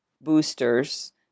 boosters